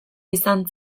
izan